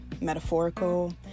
metaphorical